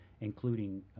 including